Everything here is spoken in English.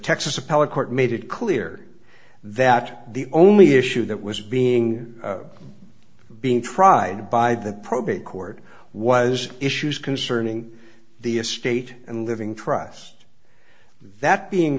court made it clear that the only issue that was being being tried by the probate court was issues concerning the estate and living trust that being